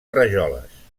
rajoles